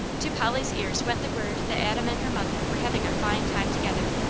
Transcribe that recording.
to polly's ears went the word that adam and her mother were having a fine time together,